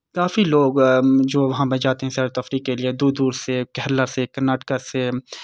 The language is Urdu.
کافی لوگ جو وہاں پہ جاتے ہیں سیر و تفریح کے لیے دور دور سے کیرل سے کرناٹک سے